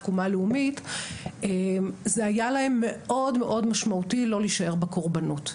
תקומה לאומית - היה להם מאוד מאוד משמעותי לא להישאר בקורבנות.